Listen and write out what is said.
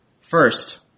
First